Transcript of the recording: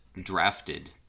drafted